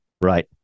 right